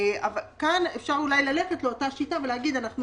כאן אפשר ללכת לפי אותה שיטה ולהגיד שאנחנו